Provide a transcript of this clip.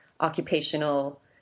occupational